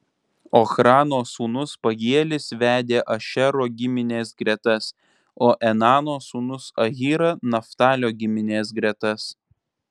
ochrano sūnus pagielis vedė ašero giminės gretas o enano sūnus ahyra naftalio giminės gretas